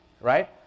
right